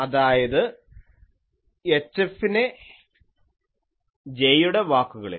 അതായത് HFനെ j യുടെ വാക്കുകളിൽ